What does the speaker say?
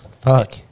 Fuck